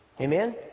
Amen